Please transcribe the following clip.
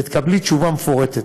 ותקבלי תשובה מפורטת.